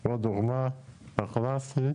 הוא הדוגמה הקלאסית